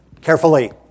carefully